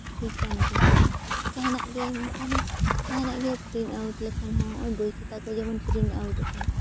ᱵᱤᱜᱽᱜᱟᱱ ᱜᱮ ᱦᱮᱸ ᱡᱟᱦᱟᱱᱟᱜ ᱜᱮ ᱢᱟᱱᱮ ᱡᱟᱦᱟᱸ ᱜᱮ ᱯᱨᱤᱱᱴ ᱟᱣᱩᱴ ᱞᱮᱠᱷᱟᱱ ᱦᱚᱸ ᱵᱳᱭ ᱠᱷᱟᱛᱟ ᱠᱚ ᱡᱮᱢᱚᱱ ᱯᱨᱤᱱᱴ ᱟᱣᱩᱴᱚᱜ ᱠᱟᱱᱟ